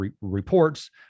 reports